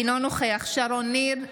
אינו נוכח שרון ניר,